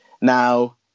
now